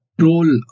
role